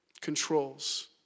controls